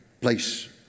place